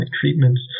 treatments